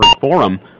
forum